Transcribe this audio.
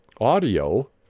audio